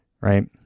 right